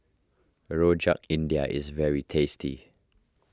Rojak India is very tasty